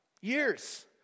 Years